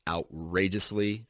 Outrageously